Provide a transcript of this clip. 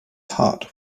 heart